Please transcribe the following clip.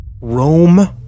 Rome